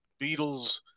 Beatles